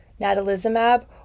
natalizumab